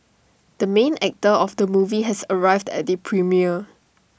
the main actor of the movie has arrived at the premiere